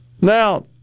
Now